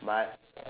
but